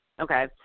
okay